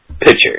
pitcher